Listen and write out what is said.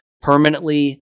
permanently